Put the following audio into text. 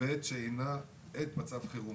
בעת שאינה עת מצב חירום'.